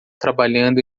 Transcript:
trabalhando